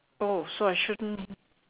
oh so I shouldn't